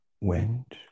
went